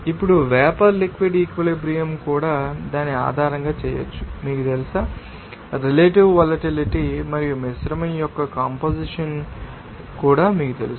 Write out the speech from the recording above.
ఇప్పుడు vapour liquid equilibrium కూడా దాని ఆధారంగా చేయవచ్చు మీకు తెలుసా రెలెటివ్ వొలటిలిటీ మరియు మిశ్రమం యొక్క కంపొజిషన్ మీకు కూడా తెలుసు